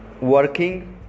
working